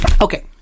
Okay